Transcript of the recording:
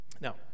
Now